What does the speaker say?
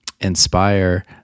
inspire